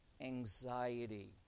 anxiety